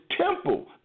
temple